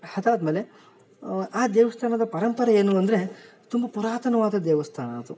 ಅದ್ಹಾದ್ಮೇಲೆ ಆ ದೇವಸ್ಥಾನದ ಪರಂಪರೆ ಏನು ಅಂದರೆ ತುಂಬ ಪುರಾತನವಾದ ದೇವಸ್ಥಾನ ಅದು